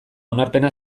onarpena